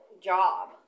job